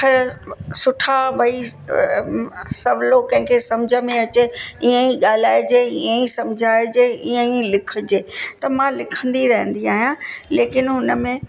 अखर सुठा भई सवलो कंहिं खे समुझ में अचे इअं ई ॻाल्हाइजे इअं ई समुझाइजे इअं ई लिखिजे त मां लिखंदी रहंदी आहियां लेकिनि हुन में